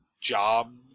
job